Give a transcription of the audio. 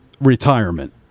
Retirement